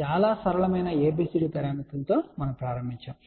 చాలా సరళమైన ABCD పారామితులతో మనము ప్రారంభించాము